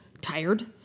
tired